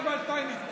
יובל שטייניץ,